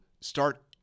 start